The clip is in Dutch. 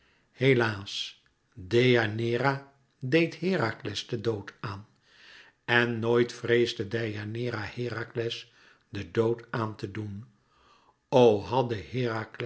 helaas deianeira deed herakles den dood aan en nooit vreesde deianeira herakles den dood aan te doen o hadde